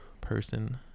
person